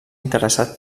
interessat